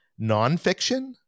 nonfiction